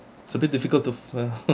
it's a bit difficult to ya